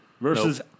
versus